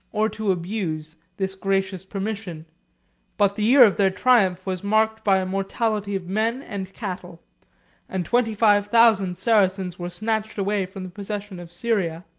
or to abuse, this gracious permission but the year of their triumph was marked by a mortality of men and cattle and twenty-five thousand saracens were snatched away from the possession of syria.